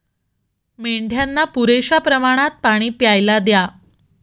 मेंढ्यांना पुरेशा प्रमाणात पाणी प्यायला द्या